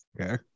Okay